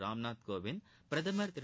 ராம்நாத் கோவிந்த் பிரதமா் திரு